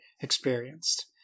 experienced